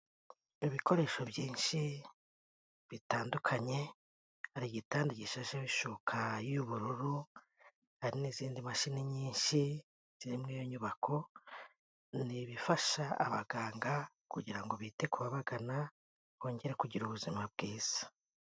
Ibikoresho byinshi bitandukanye, hari igitanda gishasheho ishuka y'ubururu, hari n'izindi mashini nyinshi ziri mu iyo nyubako, ni ibifasha abaganga kugira ngo bite kubabagana, bongere kugira ubuzima bwiza.